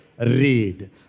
Read